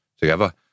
together